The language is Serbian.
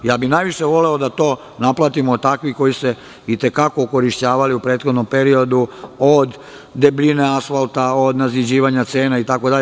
Ja bih najviše voleo da to naplatimo od takvih koji su se i te kako okorišćavali u prethodnom periodu od debljine asfalta, naziđivanja cena, itd.